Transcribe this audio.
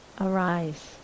arise